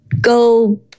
Go